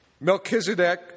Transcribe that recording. Melchizedek